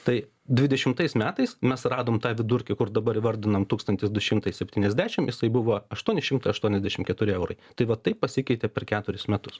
tai dvidešimtais metais mes radom tą vidurkį kur dabar įvardinom tūkstantis du šimtai septyniasdešim jisai buvo aštuoni šimtai aštuoniasdešim keturi eurai tai va taip pasikeitė per keturis metus